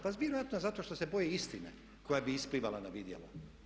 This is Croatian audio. Pa vjerojatno zato što se boje istine koja bi isplivala na vidjelo.